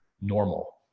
normal